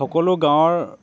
সকলো গাঁৱৰ